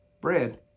bread